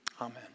Amen